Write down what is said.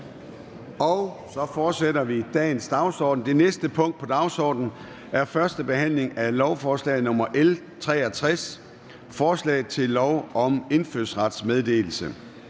Så fortsætter vi. --- Det næste punkt på dagsordenen er: 5) 1. behandling af lovforslag nr. L 63: Forslag til lov om indfødsrets meddelelse.